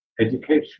Education